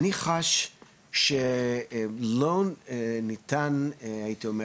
אני חש שלא ניתן, הייתי אומר